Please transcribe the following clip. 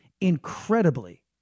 incredibly